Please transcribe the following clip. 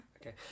Okay